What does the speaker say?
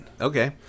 Okay